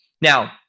Now